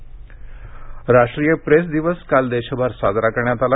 press दिवस राष्ट्रीय press दिवस काल देशभर साजरा करण्यात आला